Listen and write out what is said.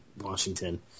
Washington